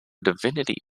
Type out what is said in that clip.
divinity